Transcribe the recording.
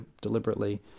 deliberately